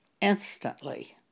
instantly